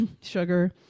Sugar